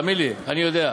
תאמין לי, אני יודע.